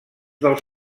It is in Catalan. dels